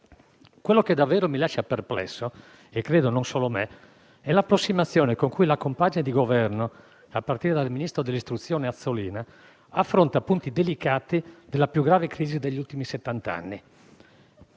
Quello che davvero mi lascia perplesso - e credo non riguardi solo me - è l'approssimazione con la quale la compagine di Governo, a partire dal ministro dell'istruzione Azzolina, affronta punti delicati della più grave crisi degli ultimi settant'anni.